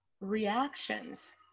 reactions